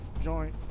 joint